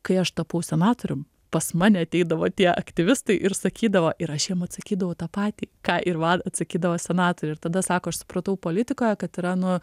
kai aš tapau senatorium pas mane ateidavo tie aktyvistai ir sakydavo ir aš jiem atsakydavau tą patį ką ir man atsakydavo senatoriai ir tada sako aš supratau politikoje kad yra nu